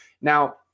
now